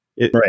right